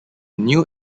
new